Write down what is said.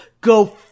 go